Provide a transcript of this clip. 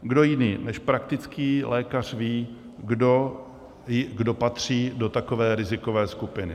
Kdo jiný než praktický lékař ví, kdo patří do takové rizikové skupiny?